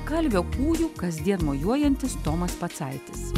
kalvio kūju kasdien mojuojantis tomas pacaitis